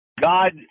God